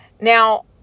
Now